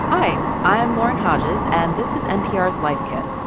hi. i am lauren hodges, and this is npr's life kit.